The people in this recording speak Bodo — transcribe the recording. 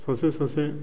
सासे सासे